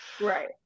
Right